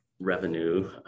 revenue